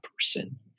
person